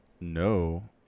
No